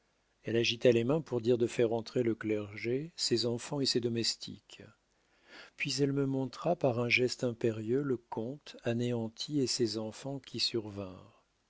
elle agita les mains pour dire de faire entrer le clergé ses enfants et ses domestiques puis elle me montra par un geste impérieux le comte anéanti et ses enfants qui